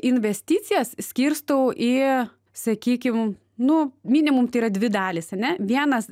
investicijas skirstau į sakykim nu minimum tai yra dvi dalys ane vienas